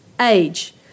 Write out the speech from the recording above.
age